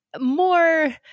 more